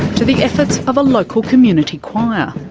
to the efforts of a local community choir,